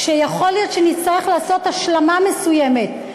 יכול להיות שנצטרך לעשות השלמה מסוימת,